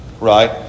right